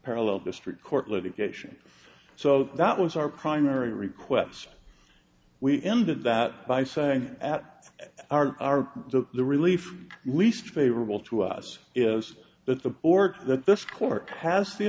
parallel district court litigation so that was our primary requests we ended that by saying at our are the relief least favorable to us is that the org that this court has the